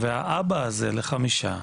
האבא הזה אב לחמישה,